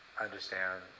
understand